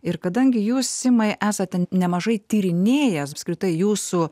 ir kadangi jūs simai esate nemažai tyrinėjęs apskritai jūsų